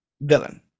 villain